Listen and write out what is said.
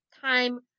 time